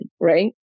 Right